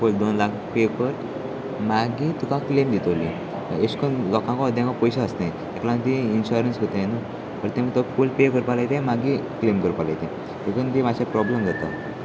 फूल दोन लाख पे कर मागीर तुका क्लेम दितली अशे कोन्न लोकांक अद्यांक पयशे आसत एक लागून ती इन्शरंस कोताय न्हू तें तो फूल पे करपा लायता ते मागीर क्लेम करपा लायता देखून ती मात्शें प्रोब्लम जाता